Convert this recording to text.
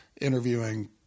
interviewing